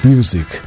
Music